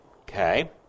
Okay